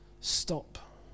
stop